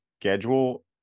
schedule